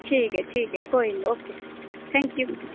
ठीक ऐ ठीक ऐ कोई निं ओके थैंक यू